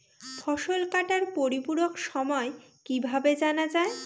ফসল কাটার পরিপূরক সময় কিভাবে জানা যায়?